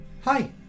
Hi